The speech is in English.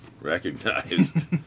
recognized